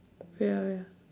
wait ah wait ah